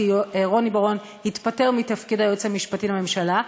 כי רוני בר-און התפטר מתפקיד היועץ המשפטי לממשלה,